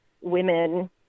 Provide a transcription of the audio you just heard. women